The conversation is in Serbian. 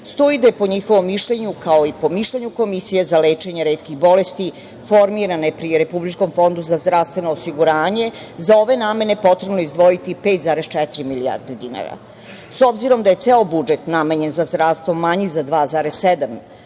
stoji da je po njihovom mišljenju kao i po mišljenju Komisije za lečenje retkih bolesti formirane pri RFZO za ove namene potrebno izdvojiti 5,4 milijarde dinara. S obzirom da je ceo budžet namenjen za zdravstvo manji za 2,7